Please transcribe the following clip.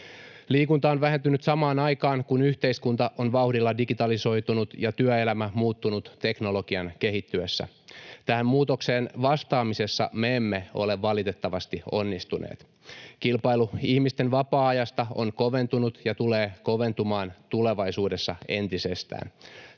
Liikunta on vähentynyt samaan aikaan, kun yhteiskunta on vauhdilla digitalisoitunut ja työelämä muuttunut teknologian kehittyessä. Tähän muutokseen vastaamisessa me emme ole valitettavasti onnistuneet. Kilpailu ihmisten vapaa-ajasta on koventunut ja tulee koventumaan tulevaisuudessa entisestään.